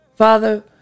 Father